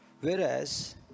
Whereas